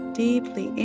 deeply